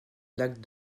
lac